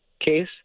case